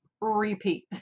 Repeat